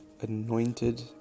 anointed